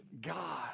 God